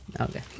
Okay